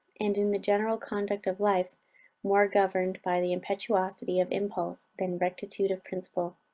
and in the general conduct of life more governed by the impetuosity of impulse than rectitude of principle.